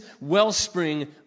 wellspring